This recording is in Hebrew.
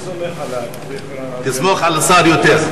אני סומך עליו, תסמוך על השר יותר.